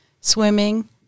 Swimming